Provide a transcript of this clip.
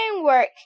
work